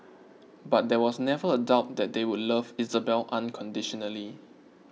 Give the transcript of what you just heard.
but there was never a doubt that they would love Isabelle unconditionally